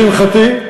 לשמחתי,